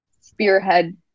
spearhead